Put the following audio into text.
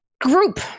group